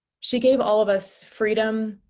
she gave all of us freedom,